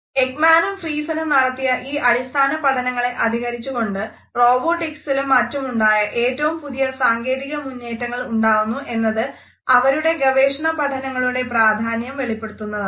എക്മാനും ഫ്രീസെനും നടത്തിയ ഈ അടിസ്ഥാന പഠനങ്ങളെ അധികരിച്ചുകൊണ്ട് റോബോട്ടിക്സിലും മറ്റുമുണ്ടായ ഏറ്റവും പുതിയ സാങ്കേതികമുന്നേറ്റങ്ങൾ ഉണ്ടാവുന്നു എന്നത് അവരുടെ ഗവേഷണ പഠനങ്ങളുടെ പ്രാധാന്യം വെളിപ്പെടുത്തുന്നതാണ്